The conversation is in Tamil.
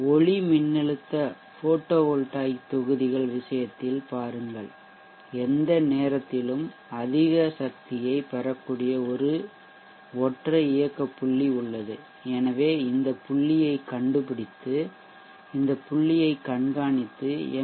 ஒளிமின்னழுத்த போட்டோ வோல்டாயிக் தொகுதிகள் விஷயத்தில் பாருங்கள் எந்த நேரத்திலும் அதிகபட்ச சக்தியை பெறக்கூடிய ஒரு ஒற்றை இயக்க புள்ளி உள்ளது எனவே இந்த புள்ளியைக் கண்டுபிடித்து இந்த புள்ளியைக் கண்காணித்து எம்